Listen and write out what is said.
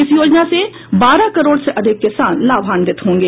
इस योजना से बारह करोड़ से अधिक किसान लाभांवित होंगे